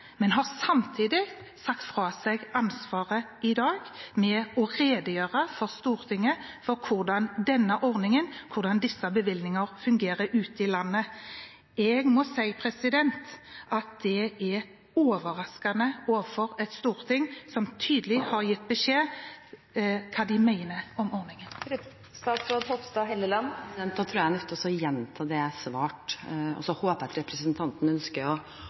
men har i dag samtidig sagt fra seg ansvaret med å redegjøre for Stortinget for hvordan denne ordningen, disse bevilgningene, fungerer ute i landet. Jeg må si at det er overraskende overfor et storting som tydelig har gitt beskjed om hva de mener om ordningen. Da har jeg lyst til å gjenta det jeg svarte, og så håper jeg at representanten ønsker